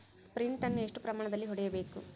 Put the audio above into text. Sprint ಅನ್ನು ಎಷ್ಟು ಪ್ರಮಾಣದಲ್ಲಿ ಹೊಡೆಯಬೇಕು?